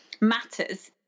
matters